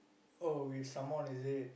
oh with someone is it